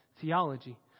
theology